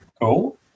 Cool